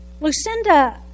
Lucinda